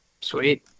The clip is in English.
Sweet